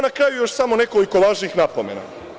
Na kraju još samo nekoliko važnih napomena.